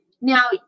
now